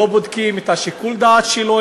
לא בודקים את שיקול הדעת שלו,